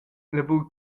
lavur